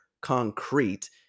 concrete